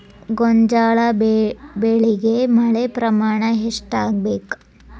ಗೋಂಜಾಳ ಬೆಳಿಗೆ ಮಳೆ ಪ್ರಮಾಣ ಎಷ್ಟ್ ಆಗ್ಬೇಕ?